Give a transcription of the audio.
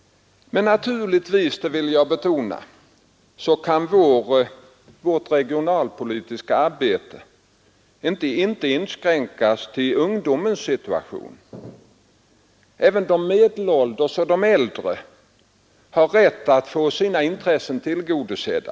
Men naturligtvis — det vill jag betona — kan vårt regionalpolitiska arbete inte inskränkas till ungdomens situation. Även de medelålders och äldre har rätt att få sina intressen tillgodosedda.